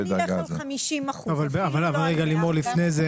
בדרך כלל 50%. לימור, לפני זה